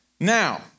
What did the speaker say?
Now